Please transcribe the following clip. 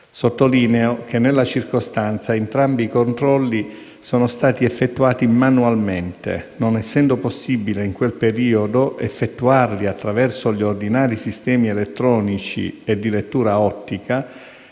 Sottolineo che, nella circostanza, entrambi i controlli sono stati effettuati manualmente, non essendo possibile in quel periodo effettuarli attraverso gli ordinari sistemi elettronici e di lettura ottica,